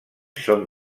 són